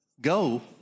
go